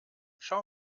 schau